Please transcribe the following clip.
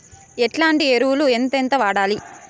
ఎట్లాంటి ఎరువులు ఎంతెంత వాడాలి?